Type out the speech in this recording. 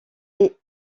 est